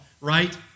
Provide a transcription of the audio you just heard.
right